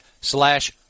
slash